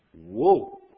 whoa